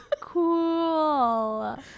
cool